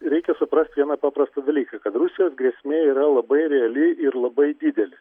reikia suprast vieną paprastą dalyką kad rusijos grėsmė yra labai reali ir labai didelė